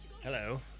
hello